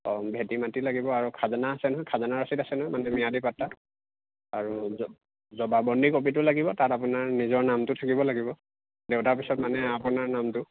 অঁ ভেটি মাটি লাগিব আৰু খাজানা আছে নহয় খাজানা ৰচিড আছে নহয় মানে ম্য়াদি পত্তা আৰু জ জবাবন্দী কপিটো লাগিব তাত আপোনাৰ নিজৰ নামটো থাকিব লাগিব দেউতাৰ পিছত মানে আপোনাৰ নামটো